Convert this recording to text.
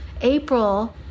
April